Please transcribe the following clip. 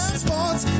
-sports